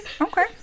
Okay